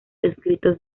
escritos